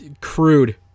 crude